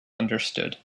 understood